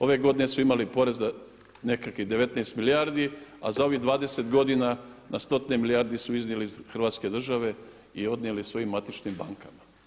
Ove godine su imali porez na nekakvih 19 milijardi, a za ovih 20 godina na stotine milijardi su iznijeli iz Hrvatske države i odnijeli svojim matičnim bankama.